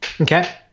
Okay